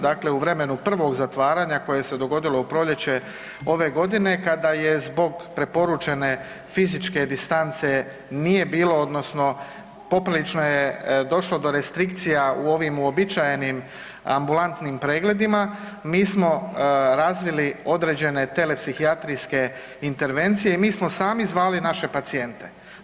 Dakle, u vremenu prvog zatvaranje koje se dogodilo u proljeće ove godine kada je zbog preporučene fizičke distance nije bilo, odnosno poprilično je došlo do restrikcija u ovim uobičajenim ambulantnim pregledima, mi smo razvili određene telepsihijatrijske intervencije i mi smo sami zvali naše pacijente.